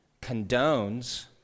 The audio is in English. condones